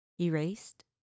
erased